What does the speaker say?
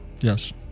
Yes